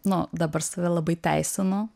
nu dabar save labai teisinu